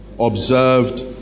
Observed